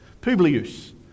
Publius